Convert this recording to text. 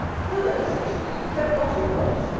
brother, said she, you kept not your promise.